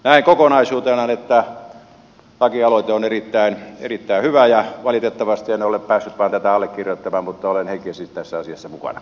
näen kokonaisuutena että lakialoite on erittäin hyvä ja valitettavasti en vain ole päässyt tätä allekirjoittamaan mutta olen henkisesti tässä asiassa mukana